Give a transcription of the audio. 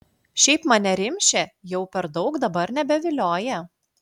šiaip mane rimšė jau per daug dabar nebevilioja